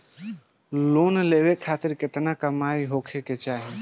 Loan लेवे खातिर केतना कमाई होखे के चाही?